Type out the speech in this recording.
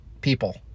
people